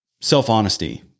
Self-honesty